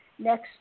next